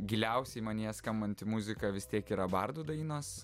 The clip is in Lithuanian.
giliausiai manyje skambanti muzika vis tiek yra bardų dainos